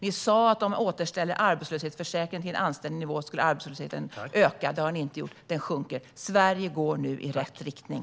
Ni sa att om vi återställde arbetslöshetsförsäkringen till en anständig nivå skulle arbetslösheten öka. Det har den inte gjort, utan den sjunker. Sverige går nu i rätt riktning.